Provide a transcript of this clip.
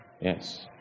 Yes